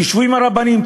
תשבו עם הרבנים,